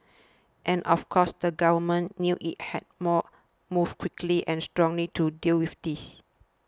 and of course the government knew it had to more move quickly and strongly to deal with this